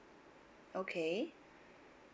okay